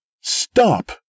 Stop